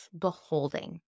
beholding